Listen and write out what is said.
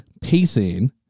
pacing